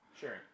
Sure